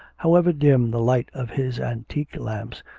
however dim the light of his antique lamps,